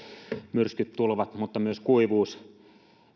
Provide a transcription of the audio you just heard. myrskyt tulvat mutta myös kuivuus